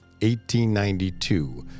1892